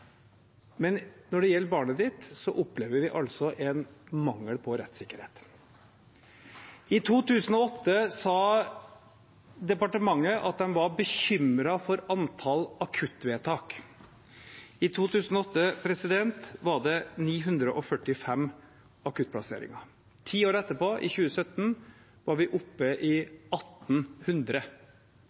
men når det gjelder barnet ditt, opplever vi altså en mangel på rettssikkerhet. I 2008 sa departementet at de var bekymret for antallet akuttvedtak. I 2008 var det 945 akuttplasseringer. Ni år etterpå, i 2017, var vi oppe i